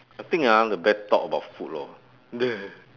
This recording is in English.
I think ah the best talk about food lor